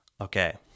Okay